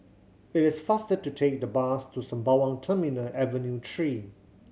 it is faster to take the bus to Sembawang Terminal Avenue Three